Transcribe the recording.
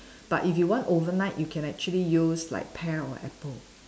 but if you want overnight you can actually use like pear or apple